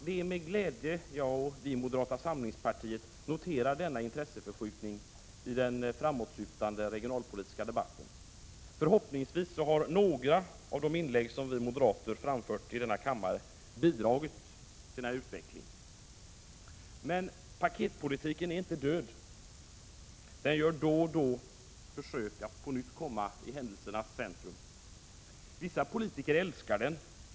Det är med glädje som jag och vi i moderata samlingspartiet noterar denna intresseförskjutning i den framåtsyftande regionalpolitiska debatten. Förhoppningsvis har några av de inlägg som vi moderater framfört i denna kammare bidragit till den utvecklingen. Men paketpolitiken är inte död. Den gör då och då försök att på nytt komma i händelsernas centrum. Vissa politiker älskar den.